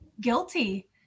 Guilty